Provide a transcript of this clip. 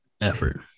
effort